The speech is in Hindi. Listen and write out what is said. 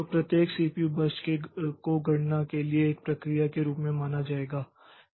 तो प्रत्येक सीपीयू बर्स्ट को गणना के लिए एक प्रक्रिया के रूप में माना जाएगा